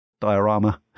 diorama